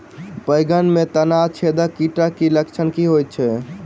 बैंगन मे तना छेदक कीटक की लक्षण होइत अछि?